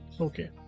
Okay